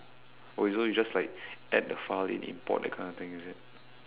oh so you just like add the file then import that kind of thing is it